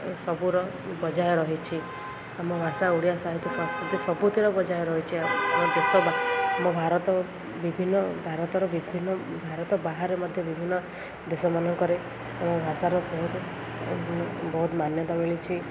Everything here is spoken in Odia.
ସବୁର ବଜାୟ ରହିଛି ଆମ ଭାଷା ଓଡ଼ିଆ ସାହିତ୍ୟ ସଂସ୍କୃତି ସବୁଥିରେ ବଜାୟ ରହିଚି ଆମ ଦେଶ ଆମ ଭାରତ ବିଭିନ୍ନ ଭାରତର ବିଭିନ୍ନ ଭାରତ ବାହାରେ ମଧ୍ୟ ବିଭିନ୍ନ ଦେଶମାନଙ୍କରେ ଆମ ଭାଷାର ବହୁତ ବହୁତ ମାନ୍ୟତା ମିଳିଛି